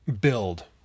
build